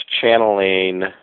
channeling